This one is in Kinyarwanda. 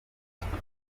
amakuru